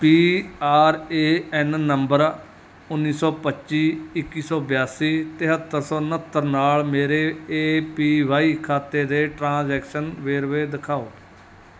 P R A N number ਉੱਨੀ ਸੌ ਪੱਚੀ ਇੱਕੀ ਸੌ ਬਿਆਸੀ ਤਿਹੱਤਰ ਸੌ ਉਣਹੱਤਰ ਨਾਲ ਮੇਰੇ ਏ ਪੀ ਵਾਈ ਖਾਤੇ ਦੇ ਟ੍ਰਾਂਸੈਕਸ਼ਨ ਵੇਰਵੇ ਦਿਖਾਓ